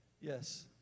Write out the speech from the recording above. Yes